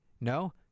No